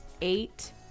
eight